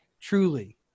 truly